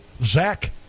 Zach